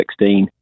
2016